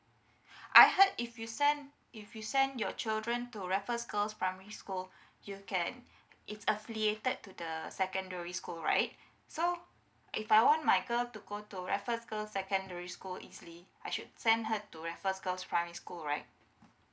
I heard if you send if you send your children to raffles girls primary school you can it's affiliated to the secondary school right so if I want my girl to go to raffles girls secondary school easily I should send her to raffles girls primary school right